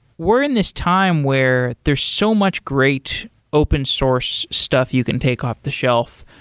we're in this time where there's so much great open source stuff you can take off the shelf.